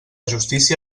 justícia